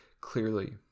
clearly